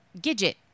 Gidget